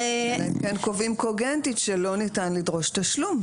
הם קובעים קוגנטית שלא ניתן לדרוש תשלום,